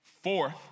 Fourth